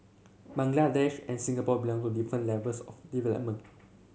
Bangladesh and Singapore belong to different levels of development